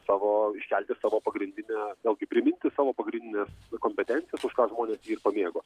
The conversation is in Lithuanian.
savo iškelti savo pagrindinę vėlgi priminti savo pagrindines kompetencijas už ką žmonės jį ir pamėgo